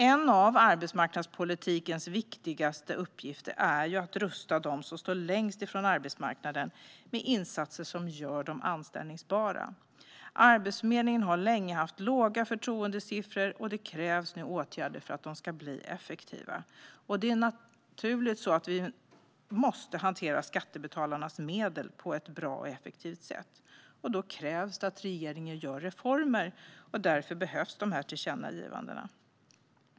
En av arbetsmarknadspolitikens viktigaste uppgifter är att rusta dem som står längst från arbetsmarknaden med insatser som gör dem anställbara. Arbetsförmedlingen har länge haft låga förtroendesiffror, och det krävs nu åtgärder för att den ska bli effektiv. Vi måste naturligtvis hantera skattebetalarnas medel på ett bra och effektivt sätt. Då krävs att regeringen gör reformer, och därför behövs dessa tillkännagivanden.